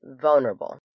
vulnerable